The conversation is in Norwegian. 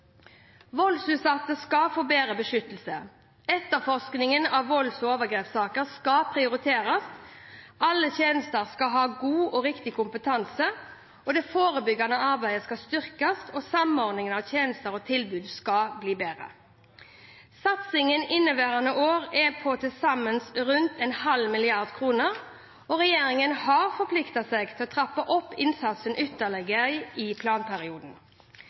Voldsutsatte skal få bedre beskyttelse, etterforskningen av volds- og overgrepssaker skal prioriteres, alle tjenester skal ha god og riktig kompetanse, det forebyggende arbeidet skal styrkes og samordningen av tjenester og tilbud skal bli bedre. Satsingen inneværende år er på til sammen rundt en halv milliard kroner, og regjeringen har forpliktet seg til å trappe opp innsatsen ytterligere i planperioden.